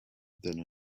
than